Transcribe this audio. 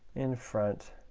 in front